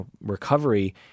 recovery